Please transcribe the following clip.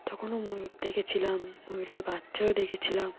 তখনও ময়ূর দেখেছিলাম ময়ূরের বাচ্চাও দেখেছিলাম